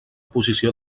posició